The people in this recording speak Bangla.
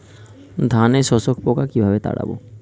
ধানে শোষক পোকা কিভাবে তাড়াব?